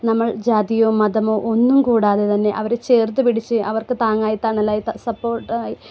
നമ്മൾ ജാതിയോ മതമോ ഒന്നും കൂടാതെ തന്നെ അവരെ ചേർത്തു പിടിച്ചു അവർക്ക് താങ്ങായി തണലായി സപ്പോർട്ട് ആയി